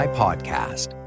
podcast